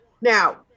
Now